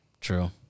True